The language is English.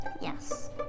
Yes